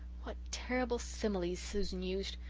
what terrible similes susan used!